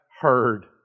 heard